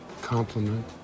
compliment